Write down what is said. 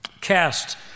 Cast